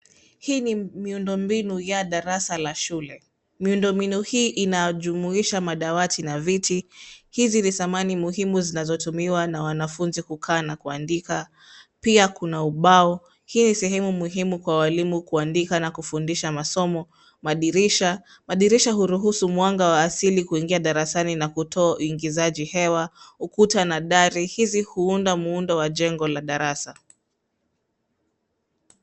Hii ni miundo mbinu ya darasa la shule. Miundo mbinu hii inajumuisha madawati na viti; hizi ni samani muhimu zinazotumiwa na wanafunzi kukaa na kuandika. Pia kuna ubao; hii ni sehemu muhimu kwa walimu kuandika na kufundisha masomo. Madirisha; madirisha huruhusu mwanga wa asili kuingia darasani na kutoingiza hewa. Ukuta na dari; hizi huunda muundo wa jengo la darasa.